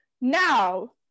now